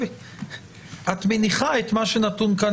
את מניחה את מה שנתון כאן